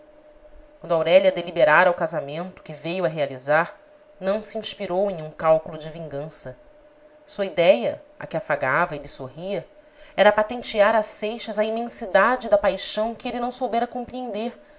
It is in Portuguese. coração quando aurélia deliberara o casamento que veio a realizar não se inspirou em um cálculo de vingança sua idéia a que afagava e lhe sorria era patentear a seixas a imensidade da paixão que ele não soubera compreender